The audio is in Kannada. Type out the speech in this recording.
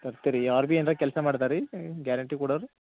ಕೊಡ್ತಿರಿ ಅವ್ರ ಬಿ ಏನ್ರ ಕೆಲಸ ಮಾಡ್ತರ್ರಿ ಗ್ಯಾರಂಟಿ ಕೊಡೋರು